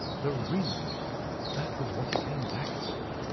the ring that was what he came back for.